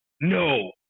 no